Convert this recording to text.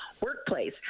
workplace